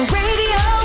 radio